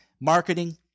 Marketing